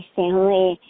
family